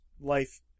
life